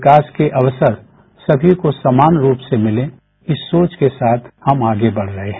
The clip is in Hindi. विकास के अवसर सभी को समान रूप से मिलें इस सोच के साथ हम आगे बढ़ रहे हैं